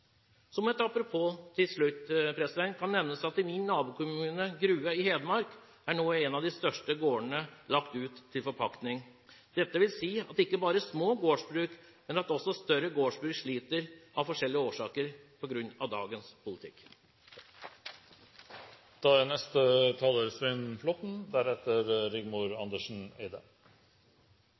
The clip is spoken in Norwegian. til slutt kan nevnes at i min nabokommune, Grue, i Hedmark, er nå en av de største gårdene lagt ut til forpaktning. Det vil si at ikke bare små gårdsbruk, men også større gårdsbruk sliter – av forskjellige årsaker – på grunn av dagens politikk. Det er